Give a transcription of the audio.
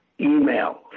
email